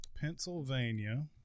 Pennsylvania